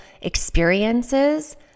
experiences